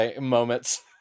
moments